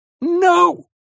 No